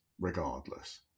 regardless